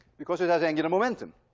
because it has angular momentum.